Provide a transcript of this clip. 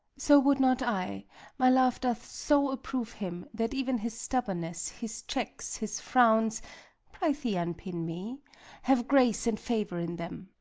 so would not i my love doth so approve him, that even his stubbornness, his checks, his frowns pr'ythee, unpin me have grace and favour in them.